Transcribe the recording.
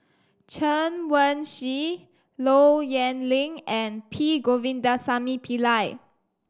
Chen Wen Hsi Low Yen Ling and P Govindasamy Pillai